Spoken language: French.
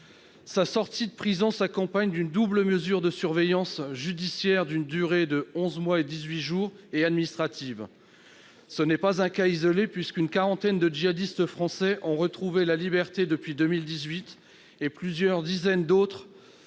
Sa sortie de prison s'accompagne d'une double mesure de surveillance, judiciaire- d'une durée de onze mois et dix-huit jours -et administrative. Son cas n'est pas isolé, puisqu'une quarantaine de djihadistes français ont retrouvé la liberté depuis 2018, et que plusieurs dizaines d'autres